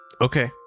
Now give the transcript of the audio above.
okay